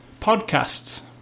podcasts